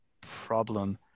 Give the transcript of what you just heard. problem